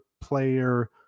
player